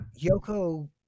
yoko